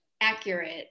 accurate